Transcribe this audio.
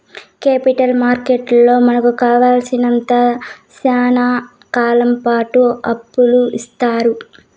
capital మార్కెట్లో మనకు కావాలసినంత శ్యానా కాలంపాటు అప్పును ఇత్తారు